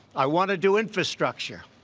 i want to do infrastructure.